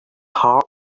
heart